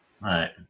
Right